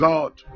God